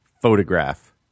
Photograph